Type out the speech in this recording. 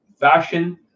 Fashion